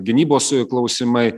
gynybos klausimai